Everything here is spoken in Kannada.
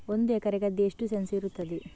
ಒಂದು ಎಕರೆ ಗದ್ದೆ ಎಷ್ಟು ಸೆಂಟ್ಸ್ ಇರುತ್ತದೆ?